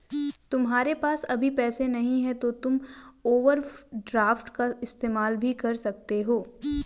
तुम्हारे पास अभी पैसे नहीं है तो तुम ओवरड्राफ्ट का इस्तेमाल भी कर सकते हो